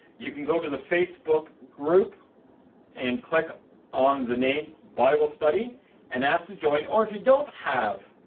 you can go to the facebook group and click on the name bible study and ask to join or if you don't have